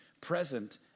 present